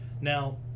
now